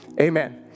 Amen